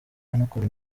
anakora